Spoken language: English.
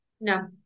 No